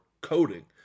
coding